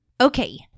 Okay